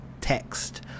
text